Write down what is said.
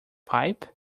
pipe